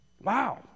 Wow